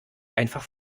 einfach